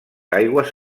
aigües